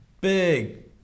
big